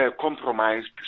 compromised